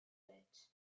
bed